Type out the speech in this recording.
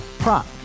Prop